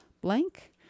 blank